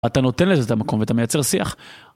אתה נותן לזה את המקום ואתה מייצר שיח.